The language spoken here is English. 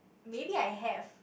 maybe I have